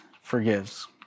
forgives